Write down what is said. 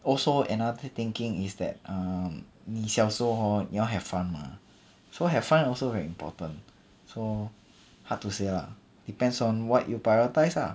also another thinking is that um 你小时候 hor 你要 have fun mah so have fun also very important so hard to say lah depends on what you prioritise ah